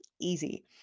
Easy